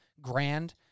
grand